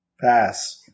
Pass